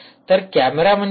तर कॅमेरा म्हणजे काय